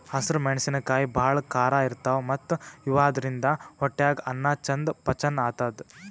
ಹಸ್ರ್ ಮೆಣಸಿನಕಾಯಿ ಭಾಳ್ ಖಾರ ಇರ್ತವ್ ಮತ್ತ್ ಇವಾದ್ರಿನ್ದ ಹೊಟ್ಯಾಗ್ ಅನ್ನಾ ಚಂದ್ ಪಚನ್ ಆತದ್